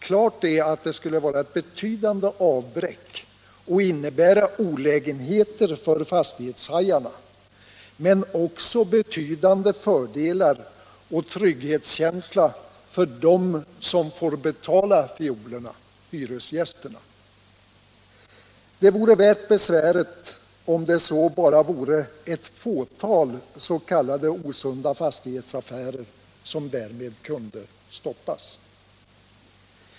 Klart är att det skulle vara ett betydande avbräck och innebära olägenheter för fastighetshajarna men också betydande fördelar och ökad trygghetskänsla för dem som får betala fiolerna, hyresgästerna. Det vore värt besväret om det så bara vore ett fåtal s.k. osunda fastighetsaffärer som därmed kunde stoppas.